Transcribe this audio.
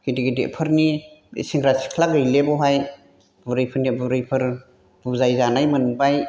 गिदिर गिदिरफोरनि बे सेंग्रा सिख्ला गैले बावहाय बुरैफोरनि बुरैफोर बुजाय जानाय मोनबाय